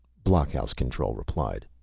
blockhouse control replied.